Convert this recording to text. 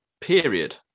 period